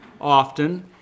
often